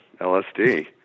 LSD